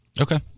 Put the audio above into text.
Okay